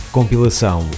Compilação